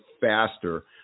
faster